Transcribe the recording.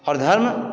और धर्म